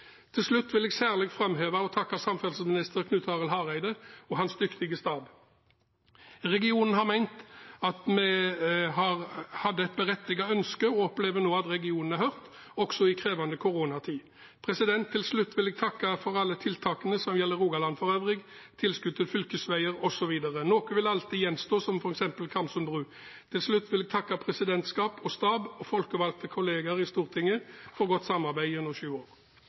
vil særlig framheve og takke samferdselsminister Knut Arild Hareide og hans dyktige stab. Regionen har ment at vi hadde et berettiget ønske, og vi opplever nå at regionen er hørt, også i en krevende koronatid. Jeg vil takke for alle tiltakene som gjelder Rogaland for øvrig, tilskudd til fylkesveier osv. Noe vil alltid gjenstå, som f.eks. Karmsund bru. Til slutt vil jeg takke presidentskapet, stab og folkevalgte kollegaer i Stortinget for godt samarbeid gjennom sju år.